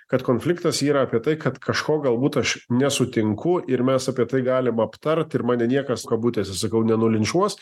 kad konfliktas yra apie tai kad kažko galbūt aš nesutinku ir mes apie tai galime aptarti ir mane niekas kabutėse sakau nenulinčiuos